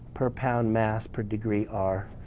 per pound mass per degree r.